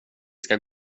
ska